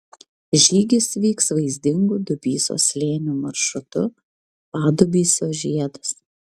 žygis vyks vaizdingu dubysos slėniu maršrutu padubysio žiedas